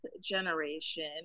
generation